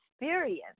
experience